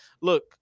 look